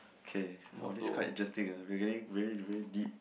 okay all this quite interesting ah regarding very very deep